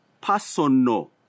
personal